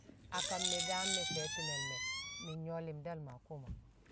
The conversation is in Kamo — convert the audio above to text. A kam ne̱ daam ne̱ te̱ti̱me̱l me̱ mi̱ nyo̱ li̱mdal maa koma.